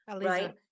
right